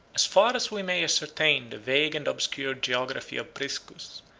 as far as we may ascertain the vague and obscure geography of priscus,